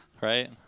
Right